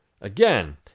Again